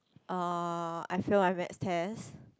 uh I fail my Maths test